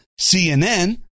CNN